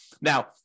Now